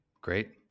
Great